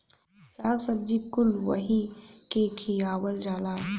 शाक सब्जी कुल वही के खियावल जाला